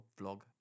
vlog